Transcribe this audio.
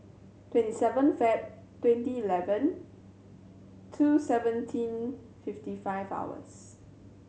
twenty seven Feb twenty eleven two seventeen fifty five hours